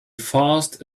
fast